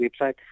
website